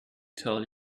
tell